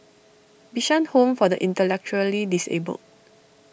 Bishan Home for the Intellectually Disabled